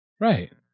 Right